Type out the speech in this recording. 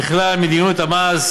ככלל, מדיניות המס